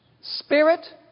spirit